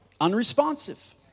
unresponsive